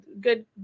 good